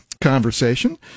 conversation